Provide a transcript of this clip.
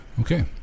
Okay